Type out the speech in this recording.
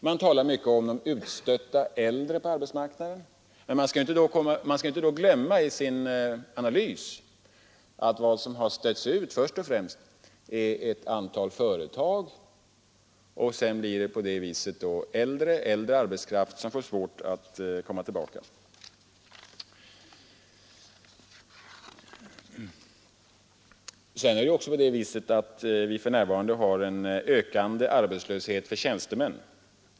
Man talar mycket om de utstötta äldre på arbetsmarknaden. Men i sin analys skall man inte glömma att vad som först och främst stöts ut är ett antal företag och med dem äldre arbetskraft som får svårt att komma tillbaka i arbetslivet. För närvarande har vi också en ökande arbetslöshet för tjänstemän.